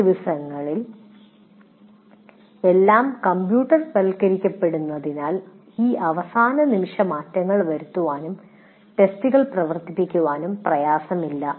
ഈ ദിവസങ്ങളിൽ എല്ലാം കമ്പ്യൂട്ടർവത്കരിക്കപ്പെടുന്നതിനാൽ ഈ അവസാനനിമിഷ മാറ്റങ്ങൾ വരുത്താനും ടെസ്റ്റുകൾ പ്രവർത്തിപ്പിക്കാനും പ്രയാസമില്ല